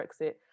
Brexit